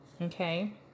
Okay